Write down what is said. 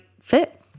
fit